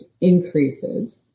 increases